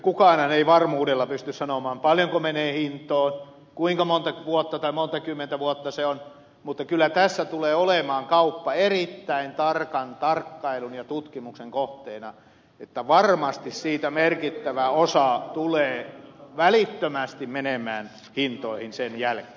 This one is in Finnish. kukaanhan ei varmuudella pysty sanomaan paljonko menee hintoihin kuinka monta vuotta tai montako kymmentä vuotta se on mutta kyllä tässä tulee olemaan kauppa erittäin tarkan tarkkailun ja tutkimuksen kohteena että varmasti siitä merkittävä osa tulee välittömästi menemään hintoihin sen jälkeen